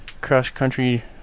cross-country